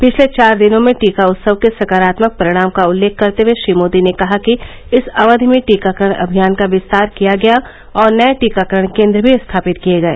पिछले चार दिनों में टीका उत्सव के सकारात्मक परिणाम का उल्लेख करते हए श्री मोदी ने कहा कि इस अवधि में टीकाकरण अभियान का विस्तार किया गया और नए टीकाकरण केंद्र भी स्थापित किए गए